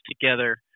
together